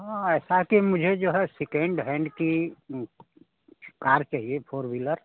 हाँ ऐसा है कि मुझे जो है सेकेंड हैंड की कार चाहिए फोर व्हीलर